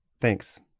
Thanks